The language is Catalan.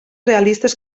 realistes